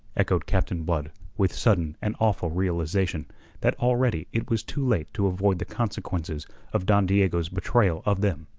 echoed captain blood with sudden and awful realization that already it was too late to avoid the consequences of don diego's betrayal of them.